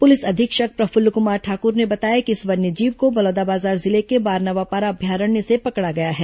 police अधीक्षक प्रफुल्ल कुमार ठाकुर ने बताया कि इस वन्यजीव को बलौदाबाजार जिले के बारनवापारा अभयारण्य से पकड़ा गया है